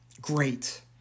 great